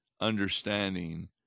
understanding